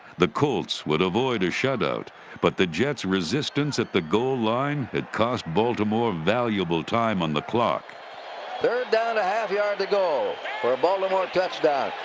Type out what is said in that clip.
the colts would avoid a shutout. but the jets' resistance at the goal line had cost baltimore valuable time on the clock. gowdy third down. a half yard to go for a baltimore touchdown.